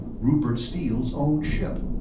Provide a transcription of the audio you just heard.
rupert steele's own ship.